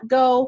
go